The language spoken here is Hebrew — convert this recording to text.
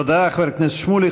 תודה לחבר הכנסת שמולי.